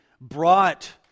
brought